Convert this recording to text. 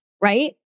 right